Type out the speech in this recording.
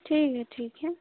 ठीक है ठीक है